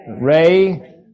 Ray